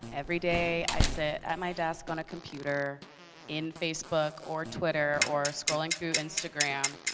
every day, i sit at my desk on a computer in facebook or twitter or scrolling through instagram.